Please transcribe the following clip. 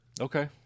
okay